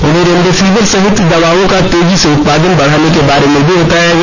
उन्हें रेमडेसिविर सहित दवाओं का तेजी से उत्पादन बढ़ाने के बारे में भी बताया गया